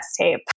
tape